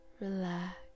relax